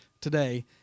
today